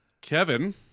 Kevin